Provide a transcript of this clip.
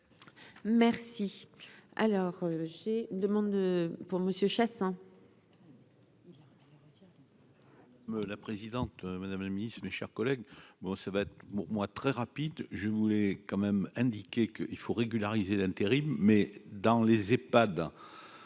Merci, alors j'ai 2 mondes pour Monsieur Chassang. La présidente, madame la miss, mes chers collègues, bon ça va pour moi très rapide, je voulais quand même indiqué qu'il faut régulariser d'intérim mais dans les EPHAD